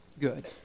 good